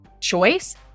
choice